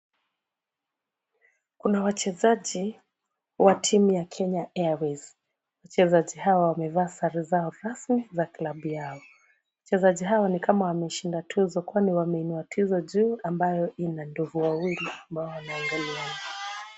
Kuna wachezaji wa timu ya Kenya Airways. Wachezaji hawa wamevaa sare zao rasmi za klabu yao. Wachezaji hawa ni kama wameshinda tuzo kwani wameinua tuzo juu ambayo ina ndovu wawili ambao wanaangaliana.